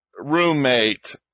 roommate